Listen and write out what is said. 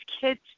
kids